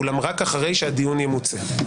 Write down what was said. אולם רק אחרי שהדיון ימוצה.